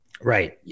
Right